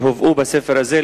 שהובאו בספר הזה,